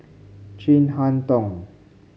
Chin Harn Tong